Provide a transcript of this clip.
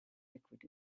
liquid